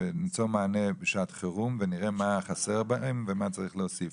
מענה בשעת חירום ונראה מה חסר בהן ומה צריך להוסיף.